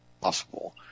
possible